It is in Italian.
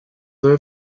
dove